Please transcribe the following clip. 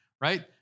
right